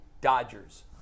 Dodgers